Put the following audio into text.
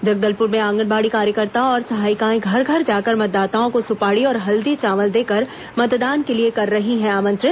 जगदलपुर में आंगनबाड़ी कार्यकर्ता और सहायिकाएं घर घर जाकर मतदाताओं को सुपाड़ी और हल्दी चावल देकर मतदान के लिए कर रही हैं आमंत्रित